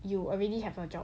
you already have a job